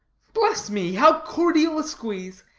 bless me, how cordial a squeeze.